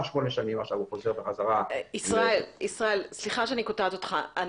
ועכשיו הוא חוזר בחזרה --- סליחה שאני קוטעת אותך,